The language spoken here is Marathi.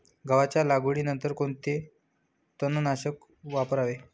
गव्हाच्या लागवडीनंतर कोणते तणनाशक वापरावे?